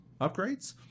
upgrades